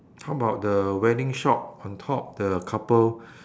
how about the wedding shop on top the couple